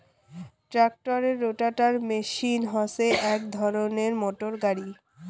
ট্রাক্টরের rotavator machine হসে এক ধরণের মোটর গাড়ি